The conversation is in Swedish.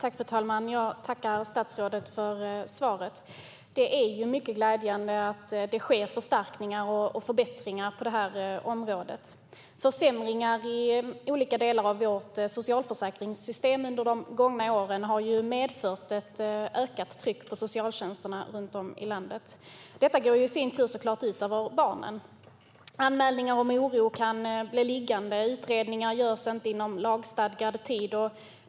Fru talman! Jag tackar statsrådet för svaret. Det är mycket glädjande att det sker förstärkningar och förbättringar på det här området. Försämringar i olika delar av vårt socialförsäkringssystem under de gångna åren har ju medfört ett ökat tryck på socialtjänsterna runt om i landet. Detta går i sin tur såklart ut över barnen. Anmälningar om oro kan bli liggande. Utredningar görs inte inom lagstadgad tid.